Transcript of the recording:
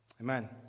Amen